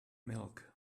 milk